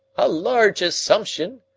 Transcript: a large assumption!